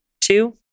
two